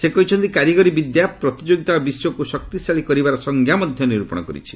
ସେ କହିଛନ୍ତି କାରିଗରୀ ବିଦ୍ୟା ପ୍ରତିଯୋଗିତା ଓ ବିଶ୍ୱକୁ ଶକ୍ତିଶାଳୀ କରିବାର ସଂଞ୍ଜା ମଧ୍ୟ ନିର୍ପପଣ କରିଛି